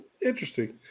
Interesting